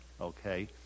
okay